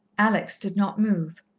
alex did not move.